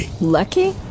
Lucky